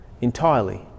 entirely